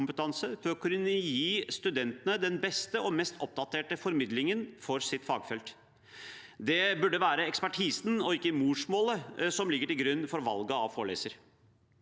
for å kunne gi studentene den beste og mest oppdaterte formidlingen for sitt fagfelt. Det burde være ekspertisen og ikke morsmålet som ligger til grunn for valget av foreleser.